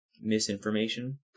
misinformation